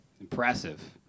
Impressive